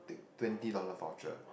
twenty dollar voucher